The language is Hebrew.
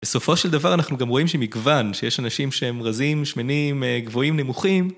בסופו של דבר אנחנו גם רואים שמגוון שיש אנשים שהם רזים, שמנים, גבוהים, נמוכים.